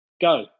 go